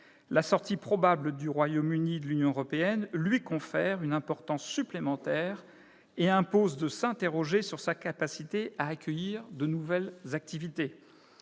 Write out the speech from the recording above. La sortie probable du Royaume-Uni de l'Union européenne confère au quartier d'affaires une importance supplémentaire et impose de s'interroger sur sa capacité à accueillir de nouvelles activités.